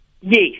Yes